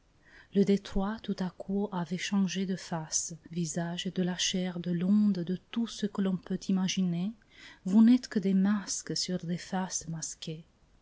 le détroit tout à coup avait changé de face visages de la chair de l'onde de tout ce que l'on peut imaginer vous n'êtes que des masques sur des faces masquées